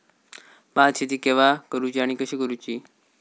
भात शेती केवा करूची आणि कशी करुची?